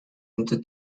into